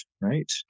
right